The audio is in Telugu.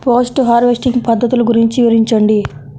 పోస్ట్ హార్వెస్టింగ్ పద్ధతులు గురించి వివరించండి?